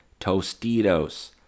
Tostitos